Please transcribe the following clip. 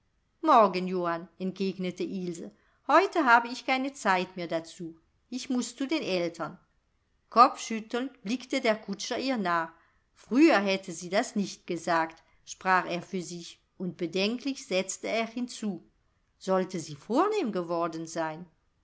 morgen johann entgegnete ilse heute habe ich keine zeit mehr dazu ich muß zu den eltern kopfschüttelnd blickte der kutscher ihr nach früher hätte sie das nicht gesagt sprach er für sich und bedenklich setzte er hinzu sollte sie vornehm geworden sein